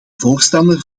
voorstander